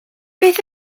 beth